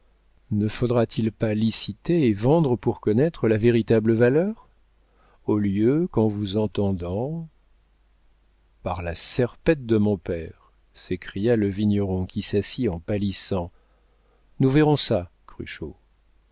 ne faudra-t-il pas liciter et vendre pour connaître la véritable valeur au lieu qu'en vous entendant par la serpette de mon père s'écria le vigneron qui s'assit en pâlissant nous verrons ça cruchot